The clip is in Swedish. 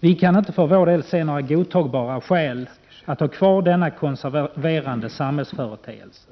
Vi kan för vår del inte se några godtagbara skäl för att ha kvar denna konserverande samhällsföreteelse.